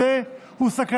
להיות בשלטון,